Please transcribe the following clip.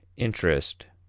interest,